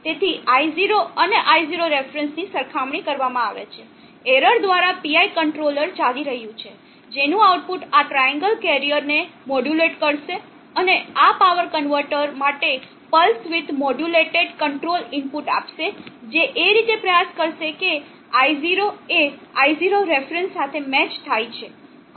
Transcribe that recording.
તેથી i0 અને i0 reference ની સરખામણી કરવામાં આવે છે એરર દ્વારા PI કંટ્રોલર ચાલી રહ્યું છે જેનું આઉટપુટ આ ટ્રાયેન્ગલ કેરીઅર ને મોડ્યુલેટ કરશે અને આ પાવર કન્વર્ટર માટે pulse width modulated control input આપશે જે એ રીતે પ્રયાસ કરશે કે i0 એ i0 રેફરન્સ સાથે મેચ થાય છે